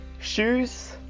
Shoes